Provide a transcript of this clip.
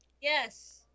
Yes